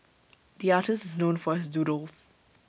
the artist is known for his doodles